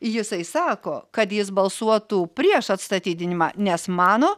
jisai sako kad jis balsuotų prieš atstatydinimą nes mano